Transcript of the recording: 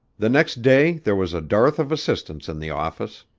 the next day there was a dearth of assistants in the office.